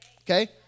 Okay